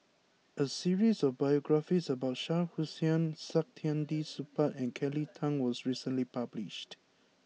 a series of biographies about Shah Hussain Saktiandi Supaat and Kelly Tang was recently published